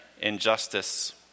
injustice